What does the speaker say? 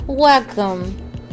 Welcome